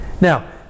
Now